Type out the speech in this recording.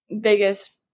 biggest